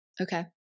okay